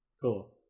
cool